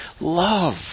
love